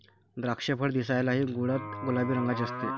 द्राक्षफळ दिसायलाही गडद गुलाबी रंगाचे असते